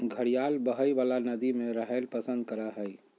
घड़ियाल बहइ वला नदि में रहैल पसंद करय हइ